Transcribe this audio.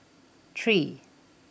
three